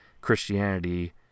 Christianity